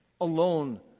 alone